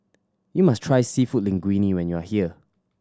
you must try Seafood Linguine when you are here